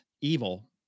evil